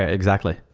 ah exactly.